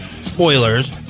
Spoilers